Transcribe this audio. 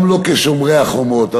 גם לא כשומרי החומות.